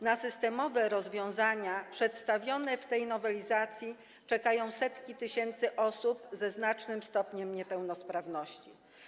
Na systemowe rozwiązania przedstawione w tej nowelizacji czekają setki tysięcy osób ze znacznym stopniem niepełnosprawności.